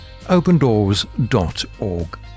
opendoors.org